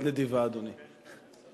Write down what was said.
היא השאירה לך דקה, היא מאוד נדיבה, אדוני.